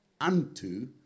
unto